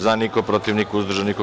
za – niko, protiv – niko, uzdržanih – nema.